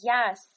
Yes